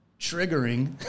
triggering